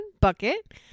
bucket